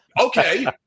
okay